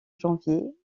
janvier